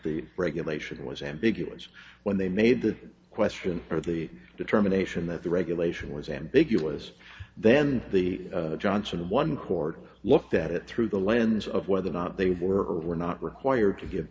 the regulation was ambiguous when they made that question or the determination that the regulation was ambiguous then the johnson one court looked at it through the lens of whether or not they were or were not required to give